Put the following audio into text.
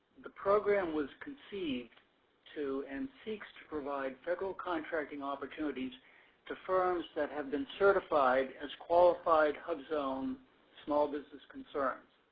the program was conceived to and seeks to provide federal contracting opportunities to firms that have been certified as qualified hubzone small business concerns.